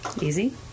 Easy